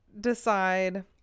decide